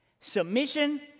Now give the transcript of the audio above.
Submission